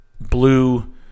blue